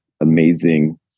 amazing